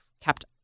kept